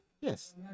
Yes